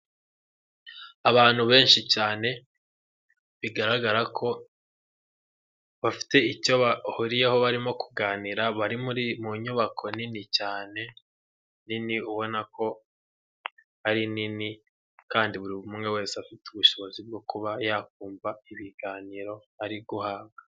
Abantu benshi cyane bigaragara ko bafite icyo bahuriyeho, barimo kuganira bari mu nyubako nini cyane, nini ubona ko ari nini kandi buri umwe wese afite ubushobozi bwo kuba yakumva ibiganiro ari guhabwa.